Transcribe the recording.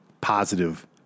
positive